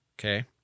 Okay